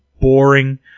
boring